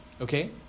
okay